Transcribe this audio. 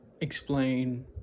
explain